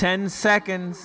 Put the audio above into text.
ten seconds